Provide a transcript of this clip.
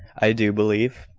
i do believe,